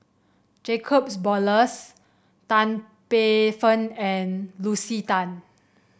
Jacobs Ballas Tan Paey Fern and Lucy Tan